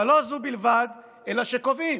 אבל לא זו בלבד אלא קובעים